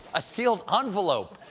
a sealed envelope?